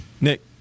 Nick